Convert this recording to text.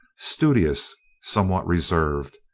studious, somewhat reserved,